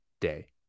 day